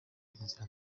inzira